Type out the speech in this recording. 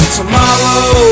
tomorrow